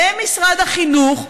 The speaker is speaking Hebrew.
למשרד החינוך.